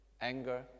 anger